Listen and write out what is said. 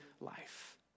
life